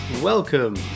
Welcome